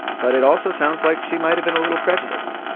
but it also sounds like she might have been a little prejudiced.